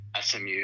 SMU